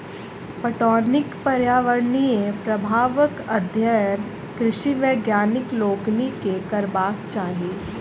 पटौनीक पर्यावरणीय प्रभावक अध्ययन कृषि वैज्ञानिक लोकनि के करबाक चाही